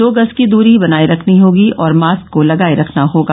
दो गज की दूरी बनाए रखनी होगी और मास्क को लगाए रखना होगा